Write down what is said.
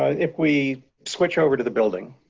ah if we switch over to the building.